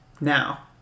Now